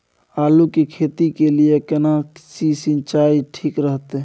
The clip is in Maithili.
आलू की खेती के लिये केना सी सिंचाई ठीक रहतै?